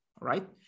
right